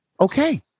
okay